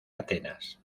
atenas